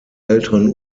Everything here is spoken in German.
älteren